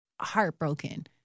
heartbroken